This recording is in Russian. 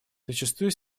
зачастую